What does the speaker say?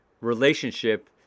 relationship